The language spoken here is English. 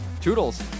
toodles